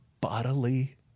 bodily